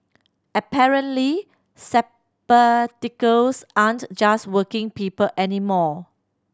apparently sabbaticals aren't just working people anymore